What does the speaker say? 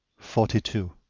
forty two.